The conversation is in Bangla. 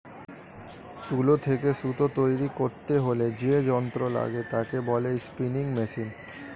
তুলো থেকে সুতো তৈরী করতে হলে যে যন্ত্র লাগে তাকে বলে স্পিনিং মেশিন